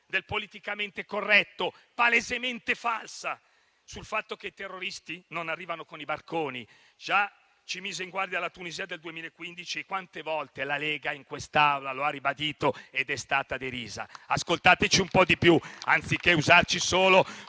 del politicamente corretto, palesemente falsa, ossia il fatto che i terroristi non arrivano con i barconi. Già ci mise in guardia la Tunisia nel 2015 e quante volte la Lega in quest'Aula lo ha ribadito ed è stata derisa? Ascoltateci un po' di più, anziché usarci solo